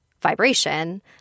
vibration